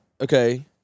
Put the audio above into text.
okay